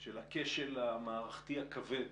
של הכשל המערכתי הכבד